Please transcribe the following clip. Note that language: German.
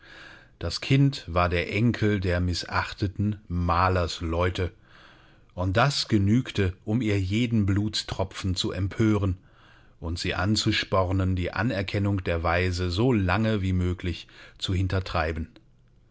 das kind war der enkel der mißachteten malersleute und das genügte um ihr jeden blutstropfen zu empören und sie anzuspornen die anerkennung der waise so lange wie möglich zu hintertreiben